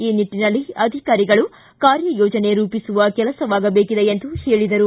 ಈ ನಿಟ್ಟನಲ್ಲಿ ಅಧಿಕಾರಿಗಳು ಕಾರ್ಯಯೋಜನೆ ರೂಪಿಸುವ ಕೆಲಸವಾಗಬೇಕಿದೆ ಎಂದು ಹೇಳಿದರು